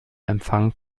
empfang